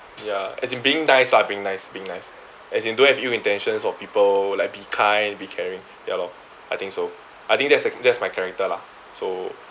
ya as in being nice ah being nice being nice as in don't have ill intentions of people like be kind be caring ya lor I think so I think that's th~ that's my character lah so